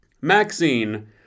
Maxine